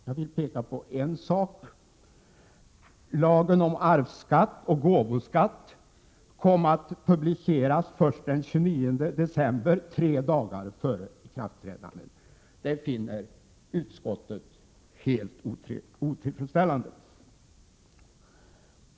Jag vill peka på en sak. Lagen om arvsoch gåvoskatt publicerades först den 29 december 1987, dvs. tre dagar före ikraftträdandet. Det finner utskottet helt otillfredsställande.